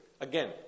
Again